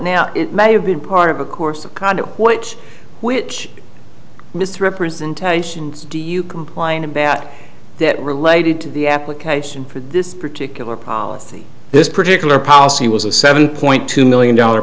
now it may have been part of a course of conduct which which misrepresentations do you complain about that related to the application for this particular policy this particular policy was a seven point two million dollar